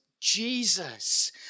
Jesus